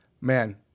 man